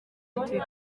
ati